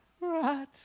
Right